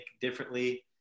differently